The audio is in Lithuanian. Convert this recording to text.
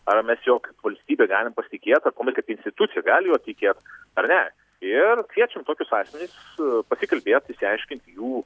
ar mes juo kaip valstybė galim pasitikėt ar politikai institucija gali juo tikėt ar ne ir kviečiam tokius asmenis pasikalbėt išsiaiškinti jų